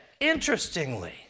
interestingly